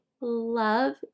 love